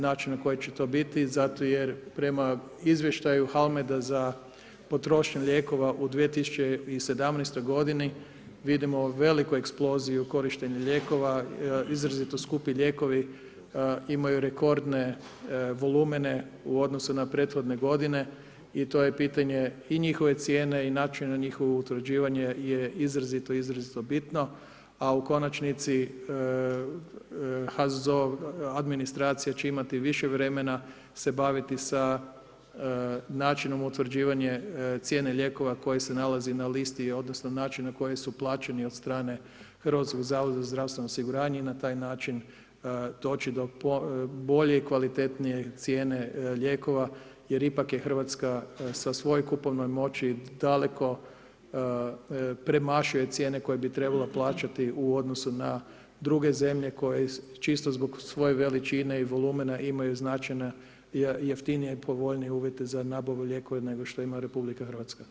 Način na koji će to biti zato jer prema izvještaju HALMEDA za potrošnju lijekova u 2017. godini vidimo veliku eksploziju korištenja lijekova izrazito skupi lijekovi imaju rekordne volumene u odnosu na prethodne godine i to je pitanje i njihove cijene i načina njihovog utvrđivanja je izrazito, izrazito bitno, a u konačnici HZZO administracija će imati više vremena se baviti sa načinom utvrđivanja cijene lijekova koji se nalazi na listi odnosno način na koji su plaćeni od strane HZZO i na taj način doći do bolje i kvalitetnije cijene lijekova jer ipak je Hrvatska sa svojoj kupovnoj moći daleko premašuje cijene koje bi trebala plaćati u odnosu na druge zemlje koje čisto zbog svoje veličine i volumena imaju značajna jeftinije i povoljnije uvjete za nabavu lijekova nego što ima RH.